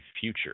Future